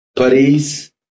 Paris